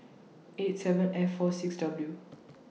eight seven F four six W